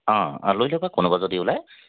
অ লৈ ল'বা কোনোবা যদি ওলায়